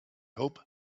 hope